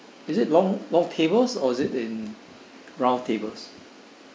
is it long long tables or is it in round tables